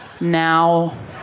Now